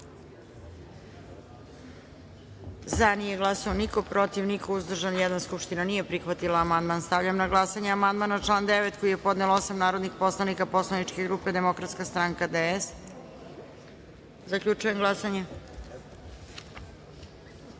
glasanje: za – niko, protiv – niko, uzdržan – jedan. Skupština nije prihvatila amandman. Stavljam na glasanje amandman na član 9. koji je podnelo osam narodnih poslanika poslaničke grupe Demokratska stranka - DS.Zaključujem glasanje: